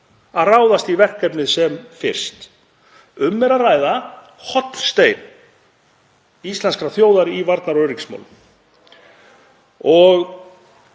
að ráðast í verkefnið sem fyrst. Um er að ræða hornstein íslenskrar þjóðar í varnar- og öryggismálum.